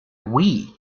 wii